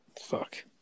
Fuck